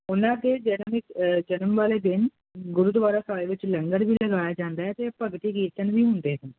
ਉਹਨਾਂ ਦੇ ਜਨਮ ਵਾਲੇ ਦਿਨ ਗੁਰਦੁਆਰਾ ਸਾਹਿਬ ਵਿੱਚ ਲੰਗਰ ਵੀ ਲਗਾਇਆ ਜਾਂਦਾ ਤੇ ਭਗਤੀ ਕੀਰਤਨ ਵੀ ਹੁੰਦੇ